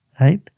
Right